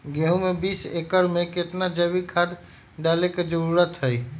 गेंहू में बीस एकर में कितना जैविक खाद डाले के जरूरत है?